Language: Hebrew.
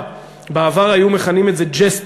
בעבר היו מכנים את זה "ג'סטות".